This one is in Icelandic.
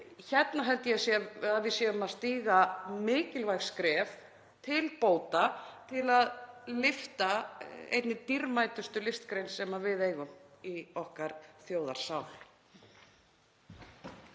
hér held ég að við séum að stíga mikilvæg skref til bóta til að lyfta einni dýrmætustu listgrein sem við eigum í okkar þjóðarsál.